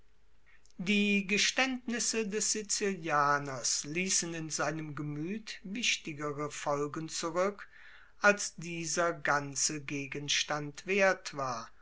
die geständnisse des sizilianers ließen in seinem gemüt wichtigere folgen zurück als dieser ganze gegenstand wert war